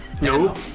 Nope